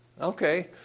Okay